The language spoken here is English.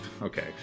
okay